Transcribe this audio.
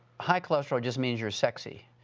high cholesterol just means you're sexy,